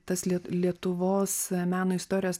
tas liet lietuvos meno istorijos